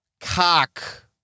cock